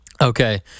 Okay